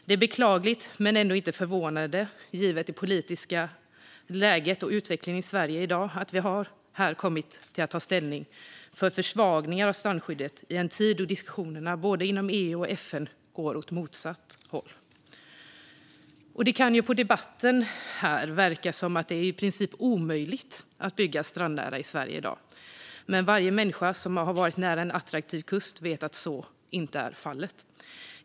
Det är beklagligt men ändå inte förvånande givet den politiska utvecklingen och läget i Sverige i dag att vi här kommer att ta ställning för försvagningar av strandskyddet i en tid då diskussionerna både inom EU och FN går åt motsatt håll. Det kan på debatten verka som att det är i princip omöjligt att bygga strandnära i Sverige i dag, men varje människa som har varit nära en attraktiv kust vet att så inte är fallet.